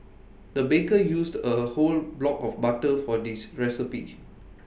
the baker used A whole block of butter for this recipe